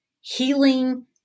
healing